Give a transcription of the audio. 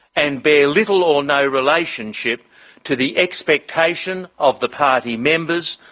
and bear little or no relationship to the expectation of the party members,